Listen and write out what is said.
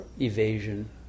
evasion